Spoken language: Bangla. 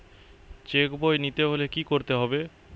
চেক বই নিতে হলে কি করতে হবে?